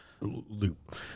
loop